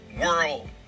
world